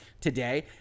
today